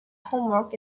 homework